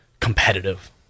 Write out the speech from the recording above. competitive